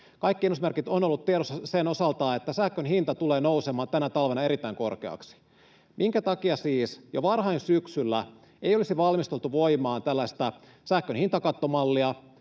kaikki ennusmerkit ovat olleet tiedossa sen osalta, että sähkön hinta tulee nousemaan tänä talvena erittäin korkeaksi — minkä takia siis jo varhain syksyllä ei olisi valmisteltu voimaan tällaista sähkön hintakattomallia,